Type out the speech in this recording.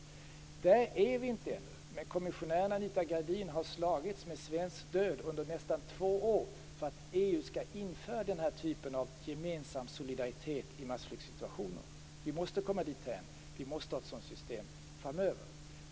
Där är vi inte ännu. Men kommissionären Anita Gradin har med svenskt stöd slagits i nästan två år för att EU skall införa den här typen av gemensam solidaritet i massflyktssituationer. Vi måste komma dithän. Vi måste ha ett sådant system framöver.